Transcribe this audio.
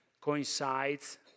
coincides